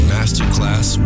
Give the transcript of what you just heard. Masterclass